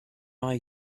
eye